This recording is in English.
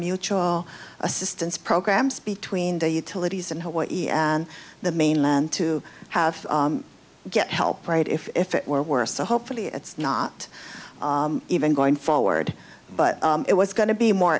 mutual assistance programs between the utilities in hawaii and the mainland to have get help right if it were worse so hopefully it's not even going forward but it was going to be more